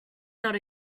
not